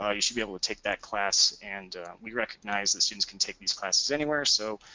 ah you should be able to take that class, and we recognize the students can take these classes anywhere so,